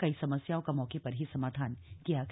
कई समस्याओं का मौके पर ही समाधान किया गया